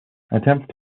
attempts